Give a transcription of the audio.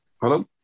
hello